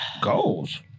goals